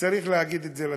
וצריך להגיד את זה לציבור,